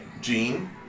Gene